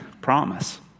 promise